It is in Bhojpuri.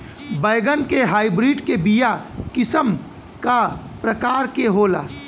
बैगन के हाइब्रिड के बीया किस्म क प्रकार के होला?